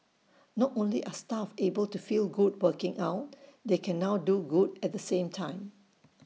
not only are staff able to feel good working out they can now do good at the same time